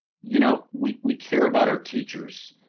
you know we we care about our teachers,